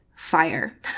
fire